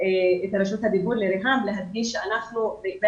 את רשות הדיבור לריהאם רציתי להדגיש שבכל